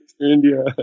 India